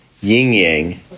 yin-yang